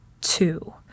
two